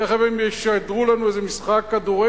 תיכף הם ישדרו לנו איזה משחק כדורגל,